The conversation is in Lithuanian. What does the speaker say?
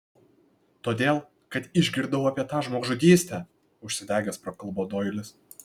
todėl kad išgirdau apie tą žmogžudystę užsidegęs prakalbo doilis